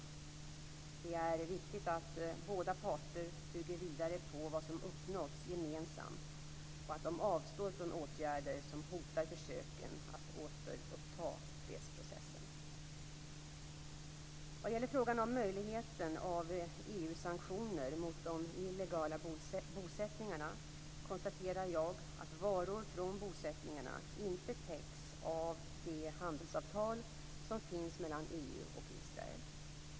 Det är viktigt att båda parter bygger vidare på vad som uppnåtts gemensamt och att de avstår från åtgärder som hotar försöken att återuppta fredsprocessen. Vad gäller frågan om möjligheten av EU sanktioner mot de illegala bosättningarna konstaterar jag att varor från bosättningarna inte täcks av det handelsavtal som finns mellan EU och Israel.